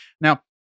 Now